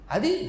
Adi